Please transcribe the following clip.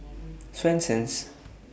Swensens